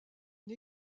une